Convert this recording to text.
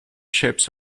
ships